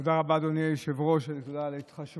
תודה רבה, אדוני היושב-ראש, תודה על ההתחשבות.